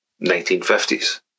1950s